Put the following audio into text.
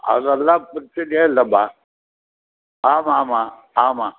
அதெலாம் பிரச்சினையே இல்லைம்மா ஆமாம் ஆமாம் ஆமாம்